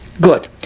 Good